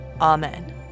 Amen